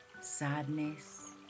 sadness